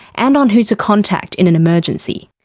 and on who to contact in an emergency.